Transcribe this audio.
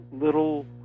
little